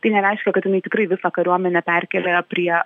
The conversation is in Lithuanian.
tai nereiškia kad jinai tikrai visą kariuomenę perkelė prie